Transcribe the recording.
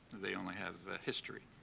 they only have history.